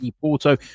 Porto